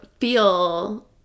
feel